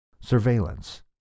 Surveillance